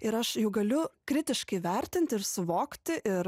ir aš jau galiu kritiškai vertinti ir suvokti ir